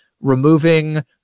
removing